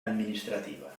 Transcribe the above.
administrativa